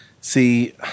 See